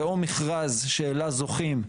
זה או מכרז שבו זוכים,